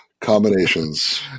combinations